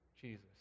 Jesus